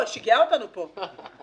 הוא שיגע אותנו פה.